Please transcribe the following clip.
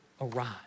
arrive